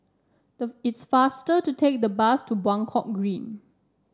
it's faster to take the bus to Buangkok Green